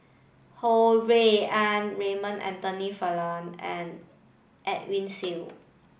Ho Rui An Raymond Anthony Fernando and Edwin Siew